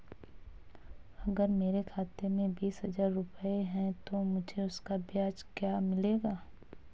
अगर मेरे खाते में बीस हज़ार रुपये हैं तो मुझे उसका ब्याज क्या मिलेगा?